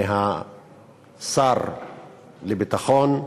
משר הביטחון,